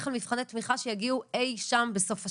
על מבחני תמיכה שיגיעו אי שם בסוף השנה.